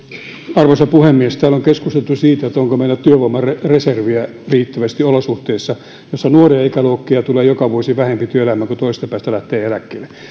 arvoisa puhemies täällä on keskusteltu siitä onko meillä työvoimareserviä riittävästi olosuhteissa joissa nuoria tulee joka vuosi vähempi työelämään kuin toisesta päästä lähtee eläkkeelle